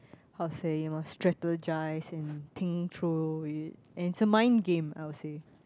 how to say you must strategise and think through it's a mind game I would say